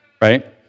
right